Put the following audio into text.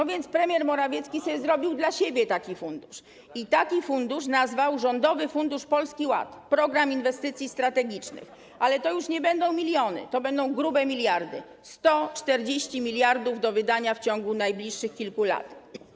A więc premier Morawiecki zrobił dla siebie taki fundusz i nazwał go: Rządowy Fundusz Polski Ład: Program Inwestycji Strategicznych, ale to już nie będą miliony, to będą grube miliardy, 140 mld zł, do wydania w ciągu najbliższych kilku lat.